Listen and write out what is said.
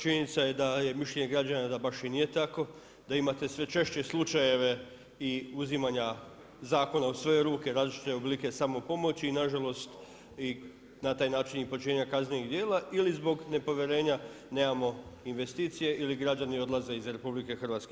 Činjenica je da je mišljenje građana da baš i nije tako, da imate sve češće slučajeve i uzimanja zakona u svoje ruke, različite oblike samopomoći i nažalost i na taj način i počinjenja kaznenih djela ili zbog nepovjerenja nemamo investicije ili građani odlaze iz RH.